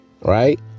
Right